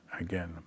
again